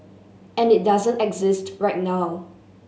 and it doesn't exist right now